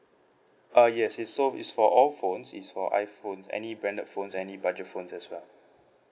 uh yes it's so it's for all phones it's for iPhones any branded phones any budget phones as well